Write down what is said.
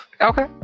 okay